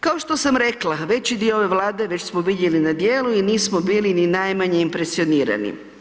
Kao što sam rekla, veći dio ove Vlade već smo vidjeli na djelu i nismo bili ni najmanje impresionirani.